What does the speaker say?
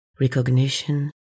recognition